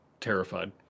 terrified